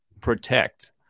Protect